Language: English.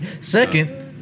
Second